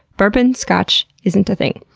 bourbon scotch isn't a thing.